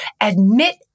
admit